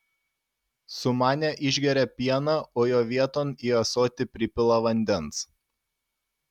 sumanę išgeria pieną o jo vieton į ąsotį pripila vandens